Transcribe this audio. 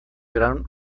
gran